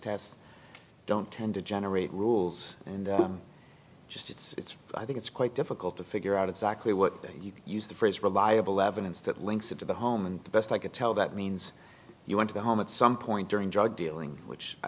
us don't tend to generate rules and just it's i think it's quite difficult to figure out exactly what you used the phrase reliable evidence that links it to the home and the best i could tell that means you want to go home at some point during drug dealing which i